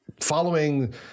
following